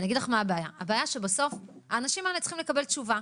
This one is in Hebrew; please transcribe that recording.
אני אגיד לך מה הבעיה: הבעיה שבסוף האנשים האלה צריכים לקבל תשובה.